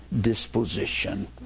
disposition